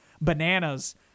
bananas